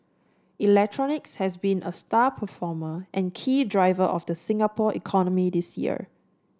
electronics has been a star performer and key driver of the Singapore economy this year